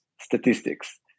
statistics